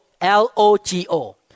L-O-G-O